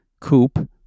coupe